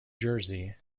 jersey